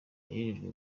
yagejejwe